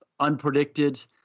unpredicted